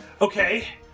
Okay